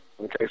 okay